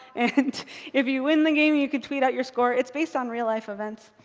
and if you win the game, you can tweet out your score. it's based on real life events.